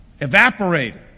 evaporated